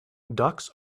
ducks